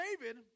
David